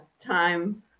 time